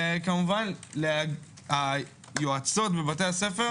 כמובן היועצות בבתי הספר